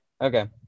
Okay